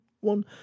one